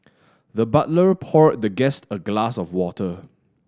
the butler poured the guest a glass of water